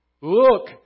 Look